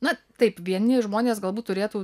na taip vieni žmonės galbūt turėtų